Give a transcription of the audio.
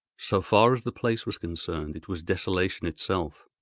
so far as the place was concerned, it was desolation itself.